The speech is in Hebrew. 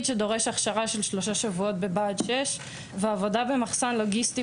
שדורש הכשרה של שלושה שבועות בבה"ד 6 ועבודה במחסן לוגיסטי